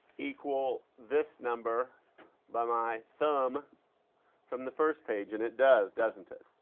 equal this number by my thumb from the first page? and it does, doesn't it?